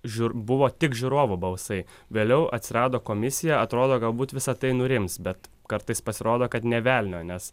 žiūr buvo tik žiūrovų balsai vėliau atsirado komisija atrodo galbūt visa tai nurims bet kartais pasirodo kad nė velnio nes